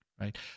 right